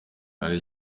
hari